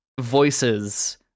voices